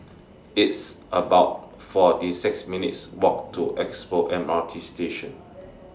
It's about forty six minutes' Walk to Expo MRT Station